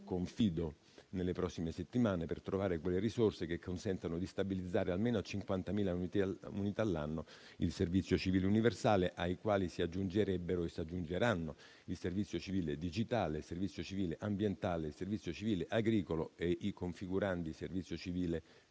- nelle prossime settimane, per trovare quelle risorse che consentano di stabilizzare almeno a 50.000 unità all'anno il servizio civile universale, cui si aggiungerebbero e si aggiungeranno il servizio civile digitale, il servizio civile ambientale, il servizio civile agricolo e i configurandi servizio civile